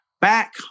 back